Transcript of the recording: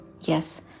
Yes